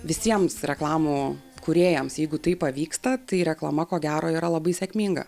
visiems reklamų kūrėjams jeigu tai pavyksta tai reklama ko gero yra labai sėkminga